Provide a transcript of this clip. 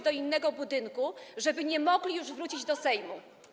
do innego budynku, żeby nie mogli już wrócić do Sejmu.